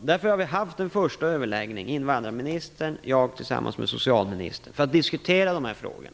Därför har vi haft en första överläggning, invandrarministern och jag tillsammans med socialministern, för att diskutera dessa frågor.